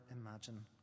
imagine